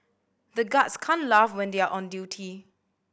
the guards can't laugh when they are on duty